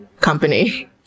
company